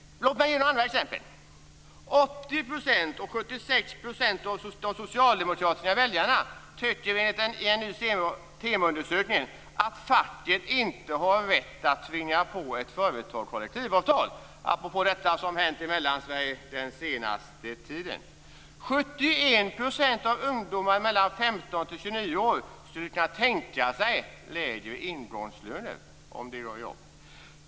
Låt mig ge några andra exempel. 80 % av svenska folket och 76 % av de socialdemokratiska väljarna tycker, enligt en Temo-undersökning, att facket inte har rätt att tvinga på ett företag kollektivavtal - apropå detta som hänt i Mellansverige den senaste tiden. 71 % av ungdomar mellan 15 och 29 år skulle kunna tänka sig lägre ingångslöner, om det ger jobb.